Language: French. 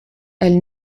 elle